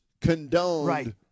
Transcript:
condoned